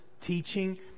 teaching